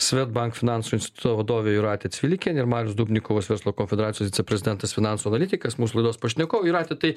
swedbank finansų instituto vadovė jūratė cvilikienė ir marius dubnikovas verslo konfederacijos viceprezidentas finansų analitikas mūsų laidos pašnekovai jūrate tai